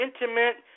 intimate